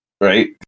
right